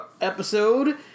episode